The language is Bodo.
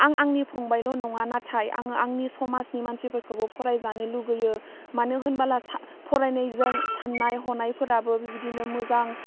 आं आंनि फंबायल' नङा नाथाय आं आंनि समाजनि मानसिफोरखौबो फरायजानो लुगैयो मानो होनबाला सा फरायनायजों साननाय हनायफोराबो बिदिनो मोजां